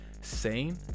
sane